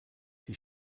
die